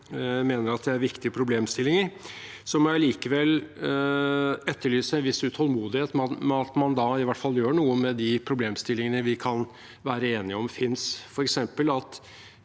mener at det er viktige problemstillinger, må jeg likevel etterlyse en viss utålmodighet med at man da i hvert fall gjør noe med de problemstillingene vi kan være enige om finnes, f.eks. at